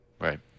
Right